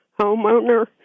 homeowner